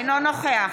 אינו נוכח